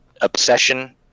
obsession